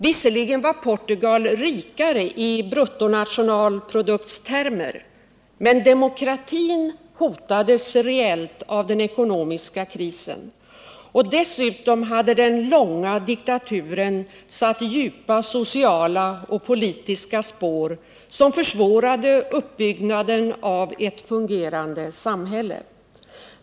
Visserligen var Portugal rikare i bruttonationalproduktstermer, men demokratin hotades reellt av den ekonomiska krisen. Dessutom hade den långa diktaturen satt djupa sociala och politiska spår, som försvårade uppbyggnaden av ett fungerande samhälle.